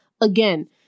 Again